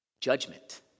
judgment